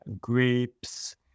grapes